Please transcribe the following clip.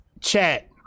Chat